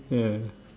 ya